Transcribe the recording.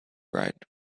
right